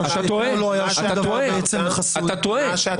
אתה טועה,